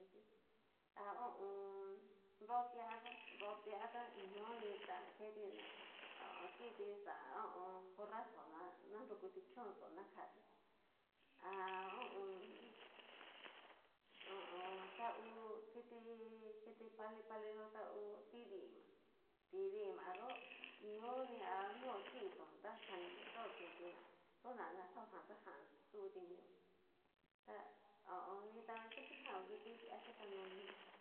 A ho o on. nro tiayó nrotia ta ñoni tan keti ná ho o on kiti xa ho o on. corraxó na nanrukuti chón xó ná kati ha ho o on. ho o on, ta nru kiti kiti pali pali yó ta ngu tidima tidima yó ñóni a no chitón ta jan ni xa otutiná tona na xao jan ta tuti mio ta ho o on. nida kitijan ngu kiti ha chikano ñó'o.